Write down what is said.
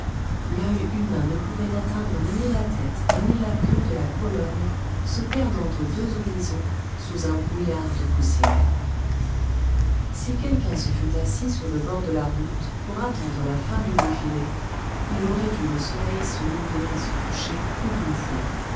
l'œil humain ne pouvait atteindre ni la tête ni la queue de la colonne se perdant aux deux horizons sous un brouillard de poussière si quelqu'un se fût assis sur le bord de la route pour attendre la fin du défilé il aurait vu le soleil se lever et se coucher plus d'une fois